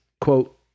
quote